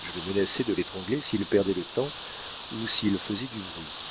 je le menaçai de l'étrangler s'il perdait le temps ou s'il faisait du bruit